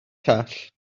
call